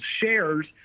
shares